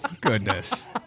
Goodness